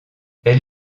elle